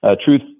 truth